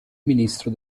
ministro